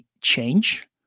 change